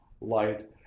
light